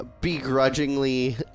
begrudgingly